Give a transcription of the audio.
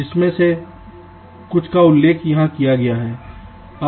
जिनमें से कुछ का उल्लेख यहाँ किया गया है